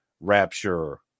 rapture